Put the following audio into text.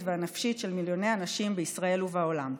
והנפשית של מיליוני אנשים בישראל ובעולם.